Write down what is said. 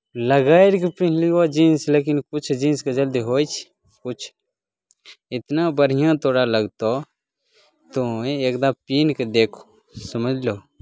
लगड़ि कऽ पिन्हलियौ जींस लेकिन किछु जींसके जल्दी होइ छै किछु इतना बढ़िआँ तोरा लगतहु तोँ एकबार पिन्ह कऽ देखहू समझलू